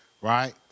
right